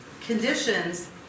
conditions